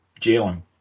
Jalen